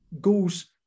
goes